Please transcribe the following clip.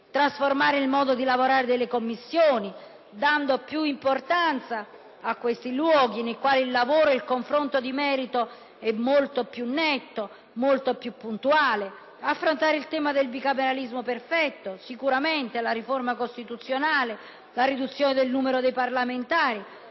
trasformare il modo di lavorare delle Commissioni assegnando più importanza a questi luoghi nei quali il lavoro e il confronto di merito è molto più netto, molto più puntuale. Significa ancora affrontare il tema del bicameralismo perfetto e, sicuramente, la riforma costituzionale e la riduzione del numero dei parlamentari.